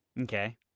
Okay